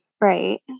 Right